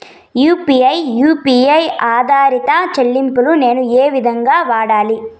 UPI U P I ఆధారిత చెల్లింపులు నేను ఏ విధంగా వాడాలి?